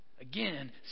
again